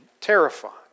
terrifying